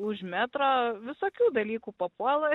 už metro visokių dalykų papuola